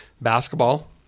basketball